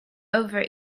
over